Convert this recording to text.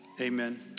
amen